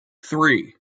three